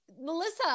melissa